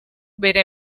bere